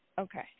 Okay